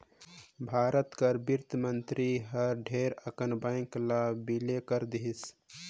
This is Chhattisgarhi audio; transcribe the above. भारत कर बित्त मंतरी हर ढेरे अकन बेंक ल बिले कइर देहिस